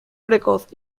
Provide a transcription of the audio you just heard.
precoz